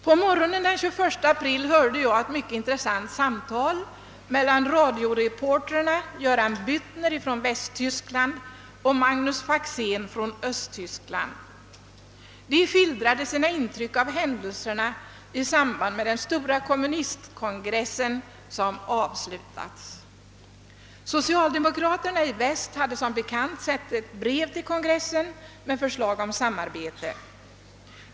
På morgonen den 21 april hörde jag ett mycket intressant samtal mellan radioreportrarna Göran Byttner i Västtyskland och Magnus Faxén i Östtyskland. De skildrade sina intryck av händelserna i samband med den stora kommunistkongress som just avslutats. Socialdemokraterna i väst hade som bekant sänt ett brev till kongressen med förslag om samarbete.